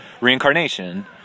reincarnation